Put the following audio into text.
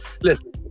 Listen